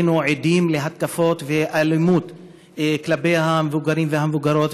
היינו עדים להתקפות ואלימות כלפי המבוגרים והמבוגרות